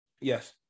Yes